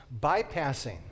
bypassing